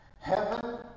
Heaven